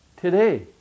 Today